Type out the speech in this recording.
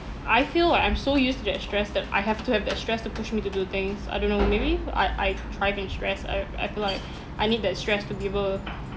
I feel like I'm so used to that stress that I have to have that stress to push me to do things I don't know maybe I~ I~ I've been stressed I I feel like I need that stress to be able